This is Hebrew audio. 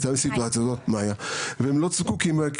גם אני הייתה לי סיטואציה כזאת והם כלל לא זקוקים לשלם